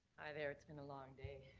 hi, there, it's been a long day.